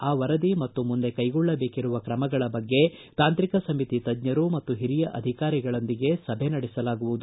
ಆ ವರದಿ ಮತ್ತು ಮುಂದೆ ಕೈಗೊಳ್ಳಬೇಕಿರುವ ತ್ರಮಗಳ ಬಗ್ಗೆ ತಾಂತ್ರಿಕ ಸಮಿತಿ ತಜ್ಞರು ಮತ್ತು ಹಿರಿಯ ಅಧಿಕಾರಿಗಳ ಜತೆ ಸಭೆ ನಡೆಸಲಾಗುವುದು